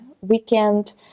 weekend